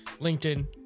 LinkedIn